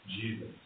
Jesus